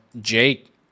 Jake